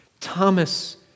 Thomas